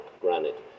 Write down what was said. granite